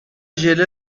ژله